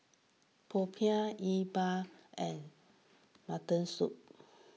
Popiah E Bua and Mutton Soup